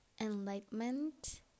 Enlightenment